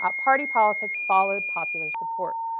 ah party politics followed popular support.